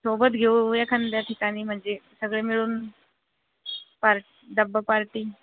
सोबत घेऊ एखाद्या ठिकाणी म्हणजे सगळे मिळून पार डब्बा पार्टी